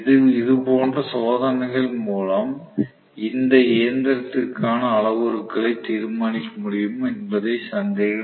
இதேபோன்ற சோதனைகள் மூலம் இந்த இயந்திரத்திற்கான அளவுருக்களையும் தீர்மானிக்க முடியும் என்பதில் சந்தேகமில்லை